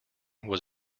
was